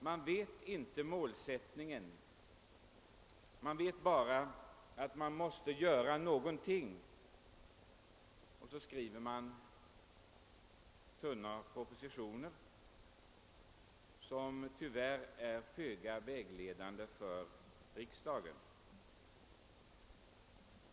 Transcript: Man känner inte målsättningen, man vet bara att man måste göra någonting, och så skriver man tunna propositioner, som tyvärr är föga vägledande för riksdagen.